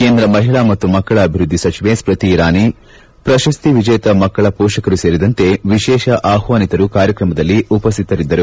ಕೇಂದ್ರ ಮಹಿಳಾ ಮತ್ತು ಮಕ್ಕಳ ಅಭಿವೃದ್ಧಿ ಸಚಿವೆ ಸೃತಿ ಇರಾನಿ ಪ್ರಶಸ್ತಿ ವಿಜೇತ ಮಕ್ಕಳ ಮೋಷಕರು ಸೇರಿದಂತೆ ವಿಶೇಷ ಆಪ್ವಾನಿತರು ಕಾರ್ಯಕ್ರಮದಲ್ಲಿ ಉಪಸ್ಥಿತರಿದ್ದರು